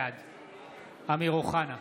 בעד אמיר אוחנה,